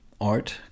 Art